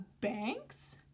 banks